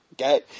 Okay